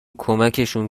کمکشون